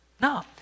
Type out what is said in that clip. No